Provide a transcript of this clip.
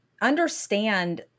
understand